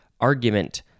argument